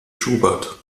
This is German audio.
schubert